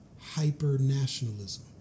hyper-nationalism